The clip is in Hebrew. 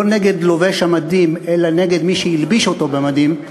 לא נגד לובש המדים אלא נגד מי שהלביש אותו במדים,